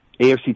AFC